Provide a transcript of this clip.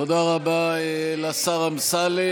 תודה רבה לשר אמסלם.